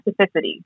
specificity